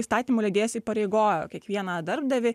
įstatymų leidėjas įpareigojo kiekvieną darbdavį